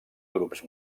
grups